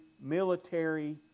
military